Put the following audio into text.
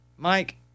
Mike